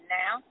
now